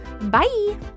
Bye